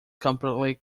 completely